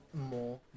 more